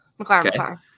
McLaren